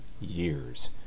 years